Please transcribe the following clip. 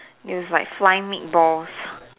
it was like flying meatballs